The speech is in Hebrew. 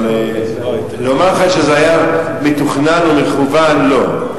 אבל לומר לך שזה היה מתוכנן או מכוון, לא.